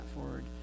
forward